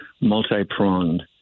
multi-pronged